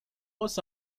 was